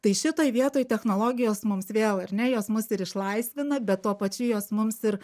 tai šitoj vietoj technologijos mums vėl ar ne jos mus ir išlaisvina bet tuo pačiu jos mums ir